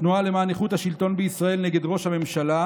התנועה למען איכות השלטון נגד ראש הממשלה,